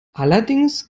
allerdings